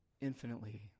infinitely